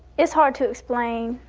it's hard to explain.